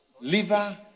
liver